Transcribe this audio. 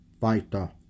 fighter